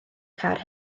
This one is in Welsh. car